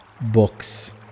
books